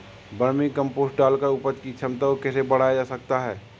Vermi compost डालकर उपज की क्षमता को कैसे बढ़ाया जा सकता है?